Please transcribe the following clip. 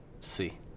see